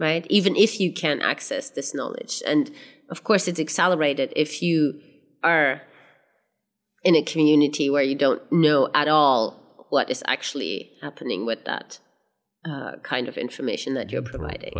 right even if you can't access this knowledge and of course it's accelerated if you are in a community where you don't know at all what is actually happening with that uh kind of information that you're